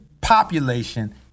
population